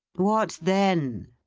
what then?